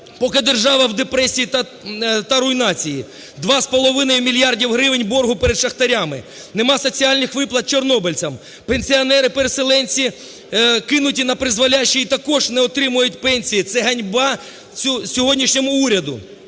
поки держава в депресії та руйнації. 2,5 мільярди гривень боргу перед шахтарями, немає соціальних виплат чорнобильцям, пенсіонери, переселенці кинуті напризволяще і також не отримують пенсій – це ганьба сьогоднішньому уряду!